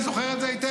אני זוכר את זה היטב.